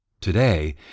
Today